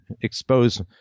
expose